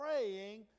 praying